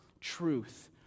truth